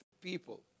people